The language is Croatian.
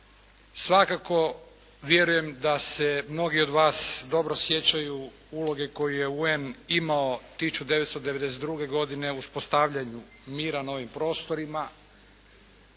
Svakako vjerujem da se mnogi od vas dobro sjećaju uloge koju je UN imao 1992. godine u uspostavljanju mira na ovim prostorima,